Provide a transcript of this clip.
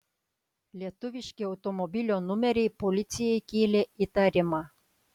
lietuviški automobilio numeriai policijai kėlė įtarimą